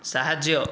ସାହାଯ୍ୟ